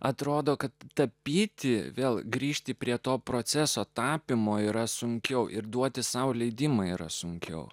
atrodo kad tapyti vėl grįžti prie to proceso tapymo yra sunkiau ir duoti sau leidimą yra sunkiau